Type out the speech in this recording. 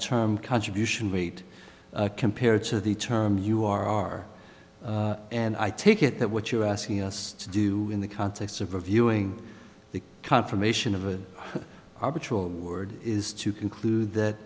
term contribution rate compared to the term you are and i take it that what you're asking us to do in the context of reviewing the confirmation of a arbitral word is to conclude that